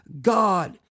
God